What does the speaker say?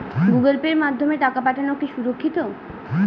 Google পের মাধ্যমে টাকা পাঠানোকে সুরক্ষিত?